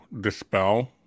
dispel